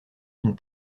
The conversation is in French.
une